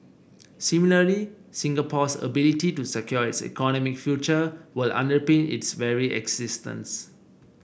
similarly Singapore's ability to secure its economic future will underpin its very existence